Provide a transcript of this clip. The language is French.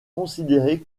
considérée